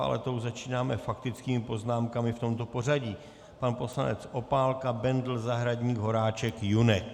Ale to už začínáme faktickými poznámkami v tomto pořadí: pan poslanec Opálka, Bendl, Zahradník, Horáček, Junek.